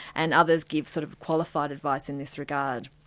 and others give sort of qualified advice in this regard.